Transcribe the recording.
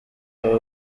aba